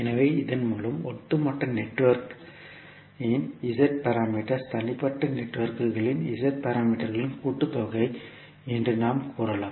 எனவே இதன் மூலம் ஒட்டுமொத்த நெட்வொர்க்கின் z பாராமீட்டர்ஸ் தனிப்பட்ட நெட்வொர்க்குகளின் z பாராமீட்டர்களின் கூட்டுத்தொகை என்று நாம் கூறலாம்